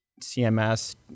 CMS